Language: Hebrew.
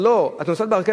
אני נסעתי באוטובוס,